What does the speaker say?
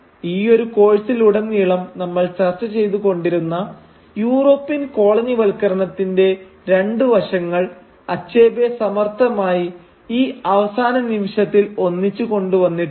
ഈയൊരു കോഴ്സിൽ ഉടനീളം നമ്മൾ ചർച്ച ചെയ്തുകൊണ്ടിരുന്ന യൂറോപ്യൻ കോളനി വൽക്കരണത്തിന്റെ രണ്ട് വശങ്ങൾ അച്ഛബേ സമർഥമായി ഈ അവസാന നിമിഷത്തിൽ ഒന്നിച്ചു കൊണ്ടു വന്നിട്ടുണ്ട്